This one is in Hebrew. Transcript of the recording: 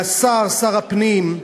והשר, שר הפנים,